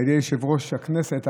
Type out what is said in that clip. על ידי יושב-ראש וכשת הכנסת,